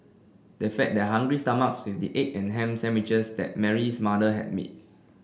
they fed their hungry stomachs with the egg and ham sandwiches that Mary's mother had made